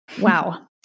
Wow